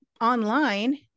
online